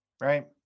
Right